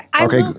okay